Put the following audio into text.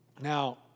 Now